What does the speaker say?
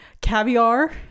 caviar